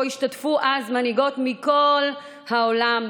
שבו השתתפו אז מנהיגות מכל העולם,